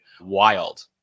wild